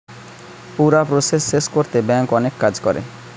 পুরা প্রসেস শেষ কোরতে ব্যাংক অনেক কাজ করে